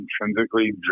intrinsically